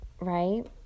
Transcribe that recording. right